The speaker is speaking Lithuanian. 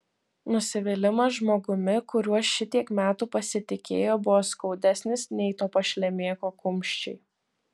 nusivylimas žmogumi kuriuo šitiek metų pasitikėjo buvo skaudesnis nei to pašlemėko kumščiai